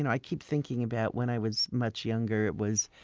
and i keep thinking about when i was much younger, it was,